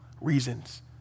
reasons